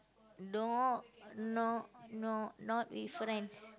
no no no not with friends